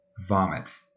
vomit